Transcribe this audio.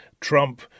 Trump